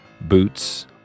boots